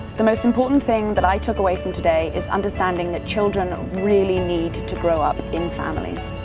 the most important thing that i took away from today is understanding that children really need to grow up in families.